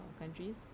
Countries